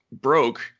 broke